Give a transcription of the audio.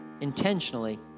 intentionally